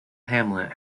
hamlet